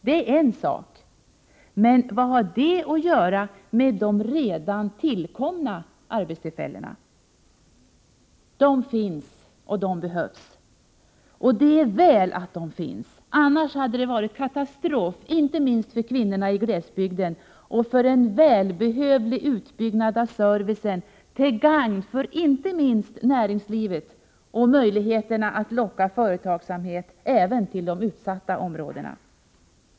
Det är en sak, men vad har det att göra med de redan tillkomna arbetstillfällena? De finns och de behövs! Och det är väl att de finns, annars hade det varit katastrof inte minst för kvinnorna i glesbygden och för en välbehövlig utbyggnad av servicen till gagn för framför allt näringslivet och möjligheterna att locka företagsamhet även till de utsatta områdena.